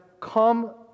come